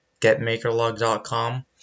getmakerlog.com